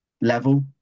level